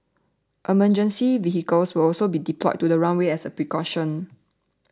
emergency vehicles will also be deployed to the runway as a precaution